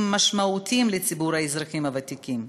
משמעותיים לציבור האזרחים הוותיקים: